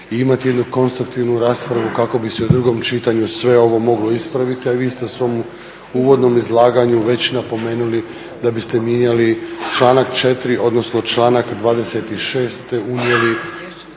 imati jednu konstruktivnu raspravu kako bi se u drugom čitanju sve ovo moglo ispraviti, a i vi ste u svom uvodnom izlaganju već napomenuli da biste mijenjali članak 4. odnosno članak 26. te unijeli